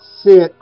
sit